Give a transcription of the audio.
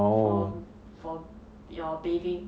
for for your bathing